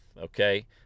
okay